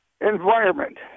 environment